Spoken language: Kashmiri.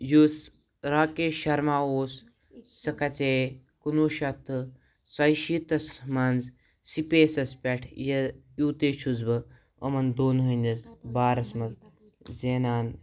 یُس راکیش شرما اوس سُہ کھژے کُنوُہ شَتھ تہٕ ژۄیہِ شیٖتس منٛز سٕپیسَس پٮ۪ٹھ یہِ یوٗتٕے چھُس بہٕ یِمن دۄن ہٕنٛدِس بارس منٛز زینان